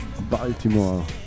Baltimore